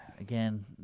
again